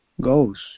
goes